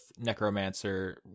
necromancer